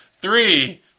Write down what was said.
three